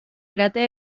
cráter